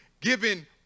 given